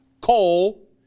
coal